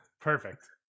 Perfect